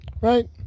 right